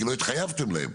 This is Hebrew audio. כי לא התחייבתם להם.